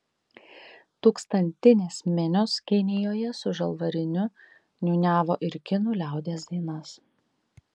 tūkstantinės minios kinijoje su žalvariniu niūniavo ir kinų liaudies dainas